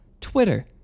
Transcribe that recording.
twitter